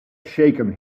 shaken